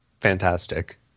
fantastic